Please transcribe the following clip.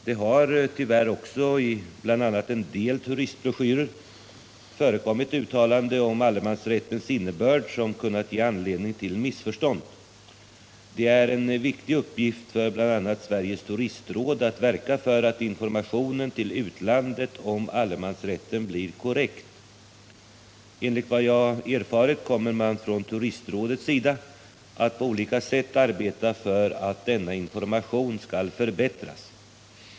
Det har tyvärr också bl.a. i en del turistbroschyrer förekommit uttalanden om allemansrättens innebörd som kunnat ge anledning till missförstånd. Det är en viktig uppgift för bl.a. Sveriges Turistråd att verka för att informationen till utlandet om allemansrätten blir korrekt. Enligt vad jag erfarit kommer man från turistrådets sida att på olika sätt arbeta för att denna information skall förbättras.